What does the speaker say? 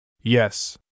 Yes